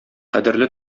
кадерле